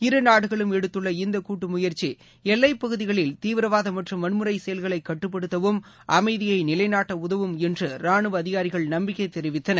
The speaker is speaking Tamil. இரு நாடுகளும் எடுத்தள்ள இந்த கூட்டு முயற்சி எல்லைப் பகுதிகளில் தீவிரவாத மற்றம் வன்முறை செயல்களை கட்டுப்படுத்தவும் அமைதியை நிலைநாட்ட உதவும் என்றும் ரானுவ அதிகாரிகள்ள நம்பிக்கை தெரிவித்தனர்